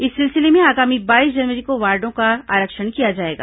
इस सिलसिले में आगामी बाईस जनवरी को वार्डों का आरक्षण किया जाएगा